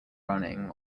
running